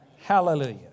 Hallelujah